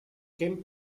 ken